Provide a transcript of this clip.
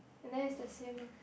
and then is the same ah